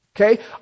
Okay